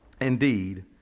Indeed